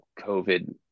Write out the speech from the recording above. COVID